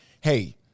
hey